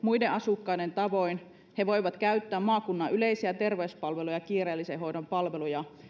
muiden asukkaiden tavoin voivat käyttää maakunnan yleisiä terveyspalveluja ja kiireellisen hoidon palveluja